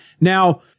Now